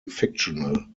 fictional